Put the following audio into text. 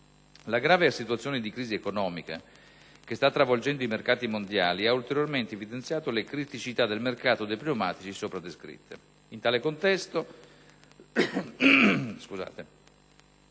La grave situazione di crisi economica che sta travolgendo i mercati mondiali ha, ulteriormente, evidenziato le criticità del mercato dei pneumatici sopra descritte. In tale contesto,